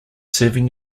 serving